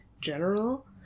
general